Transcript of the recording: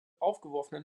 aufgeworfenen